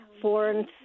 foreign